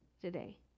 today